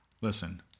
listen